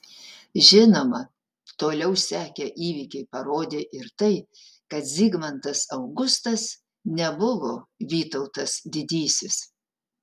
žinoma toliau sekę įvykiai parodė ir tai kad zigmantas augustas nebuvo vytautas didysis